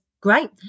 great